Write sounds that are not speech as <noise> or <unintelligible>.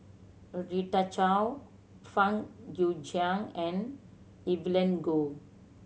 <unintelligible> Chao Fang Guixiang and Evelyn Goh